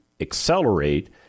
accelerate